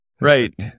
right